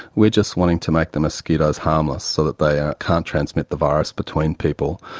we are just wanting to make the mosquitoes harmless so that they ah can't transmit the virus between people,